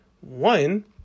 one